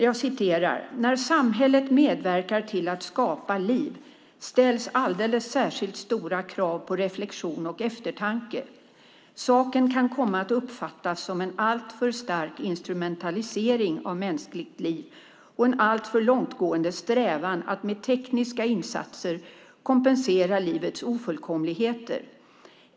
Man skriver: "När samhället medverkar till att skapa liv ställs alldeles särskilt stora krav på reflektion och eftertanke. Saken kan komma att uppfattas som en alltför stark instrumentalisering av mänskligt liv och en alltför långtgående strävan att med tekniska insatser kompensera livets ofullkomligheter.